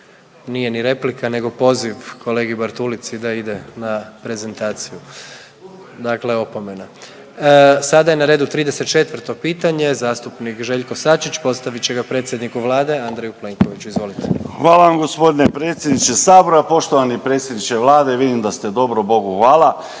nije ni replika, nego poziv kolegi Bartulici da ide na prezentaciju. Dakle, opomena. **Jandroković, Gordan (HDZ)** Sada je na redu 34. pitanje zastupnik Željko Sačić postavit će ga predsjedniku Vlade Andreju Plenkoviću. Izvolite. **Sačić, Željko (Hrvatski suverenisti)** Hvala vam gospodine predsjedniče Sabora, poštovani predsjedniče Vlade. Vidim da ste dobro, bogu hvala!